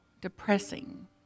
depressing